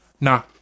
no